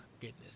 goodness